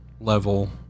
level